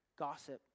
gossip